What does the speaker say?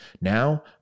Now